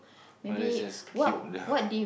oh let's just keep the